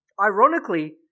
ironically